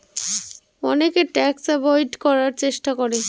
অনেকে tax avoid করার চেষ্টা করে